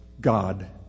God